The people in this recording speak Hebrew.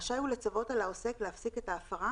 רשאי הוא לצוות על העוסק להפסיק את ההפרה